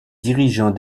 dirigeants